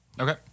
Okay